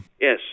Yes